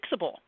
fixable